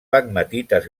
pegmatites